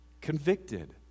convicted